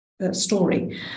Story